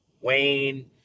Wayne